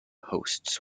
hosts